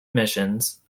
missions